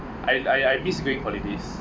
I I I miss great holidays